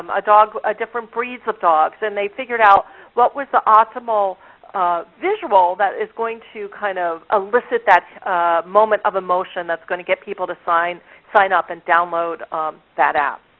um ah different breeds of dogs, and they figured out what was the optimal visual that is going to kind of illicit that moment of emotion that's going to get people to sign sign up, and download that app.